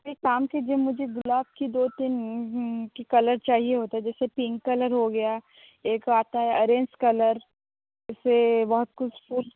एक कम कीजिए मुझे गुलाब की दो तीन की कलर चाहिए होता जैसे पिंक कलर हो गया एक आता है ऑरेंज कलर से बहुत कुछ कुछ